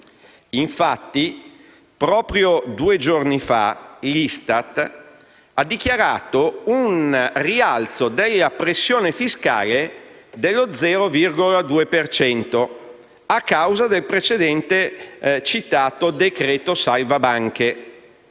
Infatti, proprio due giorni fa, l'ISTAT ha dichiarato un rialzo della pressione fiscale dello 0,2 per cento, a causa del precedente citato decreto-legge salva banche.